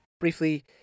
Briefly